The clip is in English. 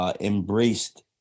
embraced